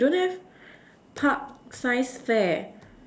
you don't have part science fair